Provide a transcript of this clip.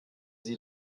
sie